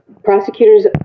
Prosecutors